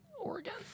Oregon